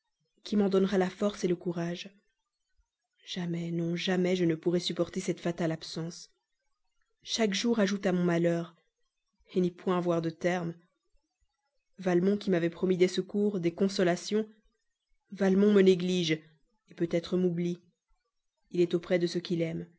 qui m'en donnera la force le courage jamais non jamais je ne pourrai supporter cette fatale absence chaque jour ajoute à mon malheur n'y point voir de terme valmont qui m'avait promis des secours des consolations valmont me néglige peut-être m'oublie il est auprès de ce qu'il aime